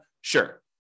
Sure